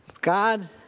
God